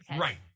right